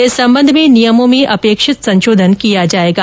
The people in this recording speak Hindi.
इस संबंध में नियमों में अपेक्षित संशोधन किया जाएगा